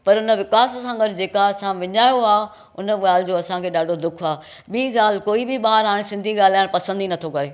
पर हुन विकास सां गॾु जेका असां विञायो आहे हुन ॻाल्हि जो असांखे ॾाढो दुख आहे ॿीं ॻाल्हि कोई बि ॿार हाणे सिंधी ॻाल्हाइण पसंदि ई नथो करे